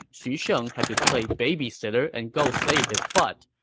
xu sheng had to play babysitter and go save his butt,